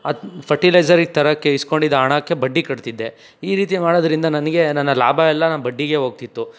ಆ ಫರ್ಟಿಲೈಝರಿಗೆ ತರೋಕ್ಕೆ ಈಸ್ಕೊಂಡಿದ್ದ ಹಣಕ್ಕೆ ಬಡ್ಡಿ ಕಟ್ತಿದ್ದೆ ಈ ರೀತಿ ಮಾಡೋದರಿಂದ ನನಗೆ ನನ್ನ ಲಾಭ ಎಲ್ಲ ಬಡ್ಡಿಗೇ ಹೋಗ್ತಿತ್ತು